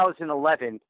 2011